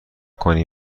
کنی